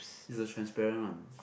is a transparent one